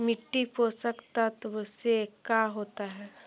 मिट्टी पोषक तत्त्व से का होता है?